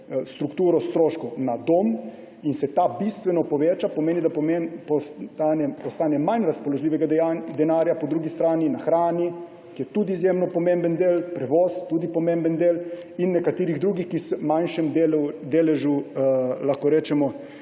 strukturo stroškov, na dom – pomeni, da postane manj razpoložljivega denarja po drugi strani za hrano, ki je tudi izjemno pomemben del, prevoz, tudi pomemben del, in nekatere druge, ki v manjšem deležu, lahko rečemo,